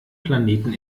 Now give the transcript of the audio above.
planeten